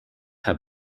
have